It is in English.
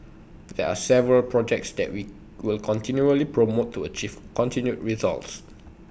there are several projects that we will continually promote to achieve continued results